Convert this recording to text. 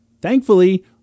Thankfully